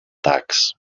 tacks